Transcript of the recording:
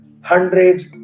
hundreds